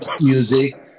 music